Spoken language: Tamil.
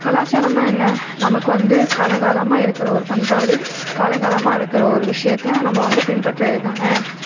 கலாச்சாரம்னால் என்ன நமக்கு வந்து காலம் காலமாக இருக்கிற ஒரு பண்பாடு காலம் காலமாக இருக்கிற ஒரு விஷயத்த நம்ம வந்து பின்பற்றுறது தான